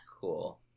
cool